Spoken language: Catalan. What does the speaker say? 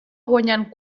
guanyant